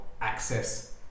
access